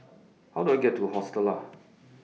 How Do I get to Hostel Lah